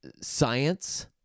Science